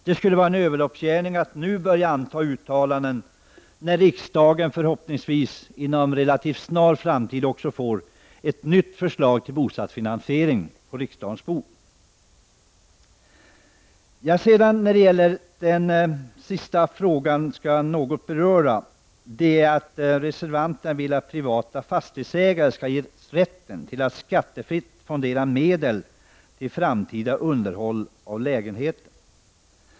Det skulle vara en överloppsgärning att nu anta uttalanden när riksdagen förhoppningsvis inom en relativt snar framtid kommer att få ett nytt förslag till bostadsfinansiering på kammarens bord. Den sista fråga jag skall beröra är reservanternas förslag att privata fastighetsägare skall ges rätt att skattefritt fondera medel till framtida underhåll av lägenheter.